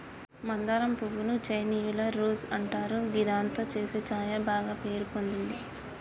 మందారం పువ్వు ను చైనీయుల రోజ్ అంటారు గిదాంతో చేసే ఛాయ బాగ పేరు పొందింది